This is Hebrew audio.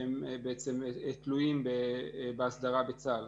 שהם בעצם תלויים בהסדרה בצה"ל.